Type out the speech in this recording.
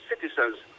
citizens